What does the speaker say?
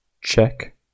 check